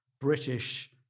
British